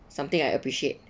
something I appreciate